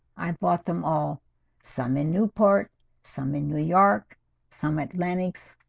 i bought them all some in newport some in new york some atlantic's.